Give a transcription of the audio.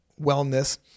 wellness